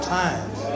times